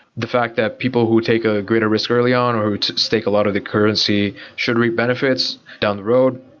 the fact that people who take a greater risk early on, or stake a lot of the currency should reap benefits down the road,